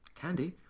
Candy